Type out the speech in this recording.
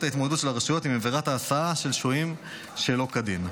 ההתמודדות של הרשויות עם עבירת ההסעה של שוהים שלא כדין.